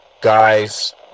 guys